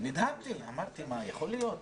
אמרתי, יכול להיות?